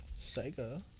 Sega